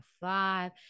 five